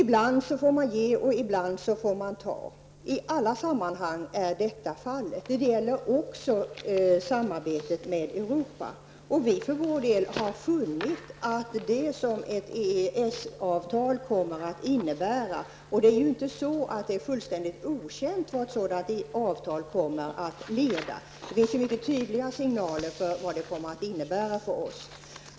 Ibland får man ge, och ibland får man ta. Detta är förhållandet i alla sammanhang, och det gäller också samarbetet med Europa. Det är ju inte fullständigt okänt vad ett EES-avtal kommer att innebära -- det finns ju mycket tydliga signaler om vad det kommer att innebära för oss.